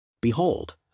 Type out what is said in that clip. Behold